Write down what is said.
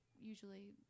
usually